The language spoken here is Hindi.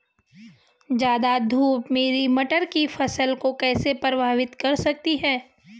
ज़्यादा धूप मेरी मटर की फसल को कैसे प्रभावित कर सकती है?